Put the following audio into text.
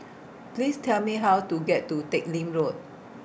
Please Tell Me How to get to Teck Lim Road